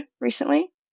recently